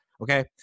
Okay